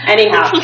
Anyhow